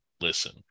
listen